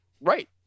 Right